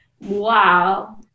Wow